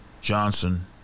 Johnson